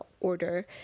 order